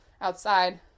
outside